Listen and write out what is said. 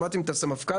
שמעתם את הסמפכ״ל,